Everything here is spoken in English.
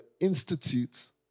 institutes